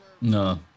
No